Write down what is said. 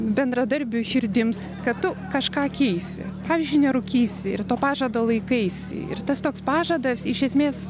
bendradarbių širdims kad tu kažką keisi pavyzdžiui nerūkysi ir to pažado laikaisi ir tas toks pažadas iš esmės